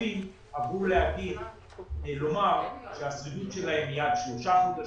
גופים אמרו שהשרידות שלהם היא עד שלושה חודשים,